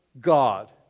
God